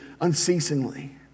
unceasingly